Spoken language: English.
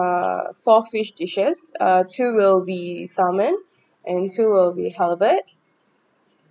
~(uh) four fish dishes uh two will be salmon and two will be halibut